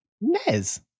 Nez